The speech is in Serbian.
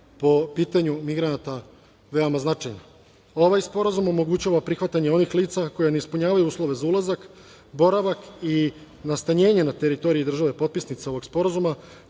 po pitanju migranata veoma značajna. Ovaj sporazum omogućava prihvatanje onih lica koja ne ispunjavaju uslove za ulazak, boravak i nastanjenje na teritoriji države potpisnice ovog sporazuma,